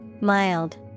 Mild